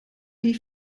wie